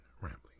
rambling